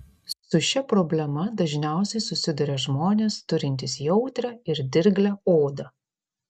su šia problema dažniausiai susiduria žmonės turintys jautrią ir dirglią odą